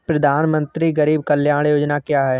प्रधानमंत्री गरीब कल्याण योजना क्या है?